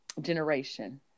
generation